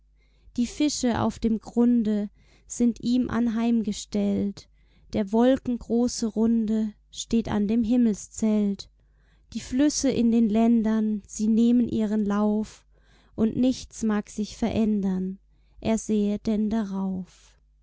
die fische auf dem grunde sind ihm anheim gestellt der wolken große runde steht an dem himmelszelt die flüsse in den ländern sie nehmen ihren lauf und nichts mag sich verändern er sähe denn darauf